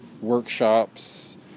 workshops